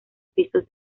pisos